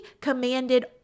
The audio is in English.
commanded